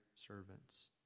Servants